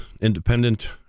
independent